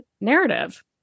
narrative